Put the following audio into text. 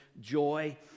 joy